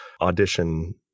audition